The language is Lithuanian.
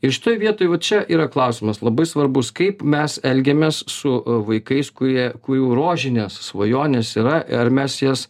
ir šitoj vietoj va čia yra klausimas labai svarbus kaip mes elgiamės su vaikais kurie kurių rožinės svajonės yra ar mes jas